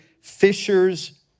fishers